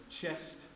chest